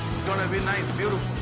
it's gonna be nice. beautiful.